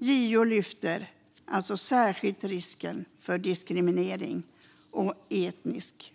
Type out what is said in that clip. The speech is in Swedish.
JO lyfter alltså särskilt fram risken för diskriminering och etnisk